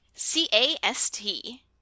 c-a-s-t